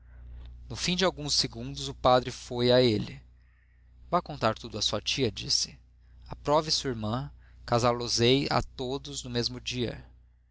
no fim de alguns segundos o padre foi a ele vá contar tudo à sua tia disse aprove sua irmã casá los ei a todos no mesmo dia